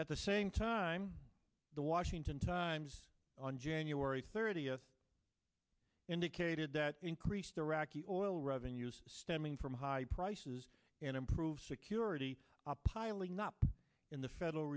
at the same time the washington times on january thirtieth indicated that increase their rocky oil revenues stemming from high prices and improved security piling up in the federal